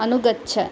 अनुगच्छ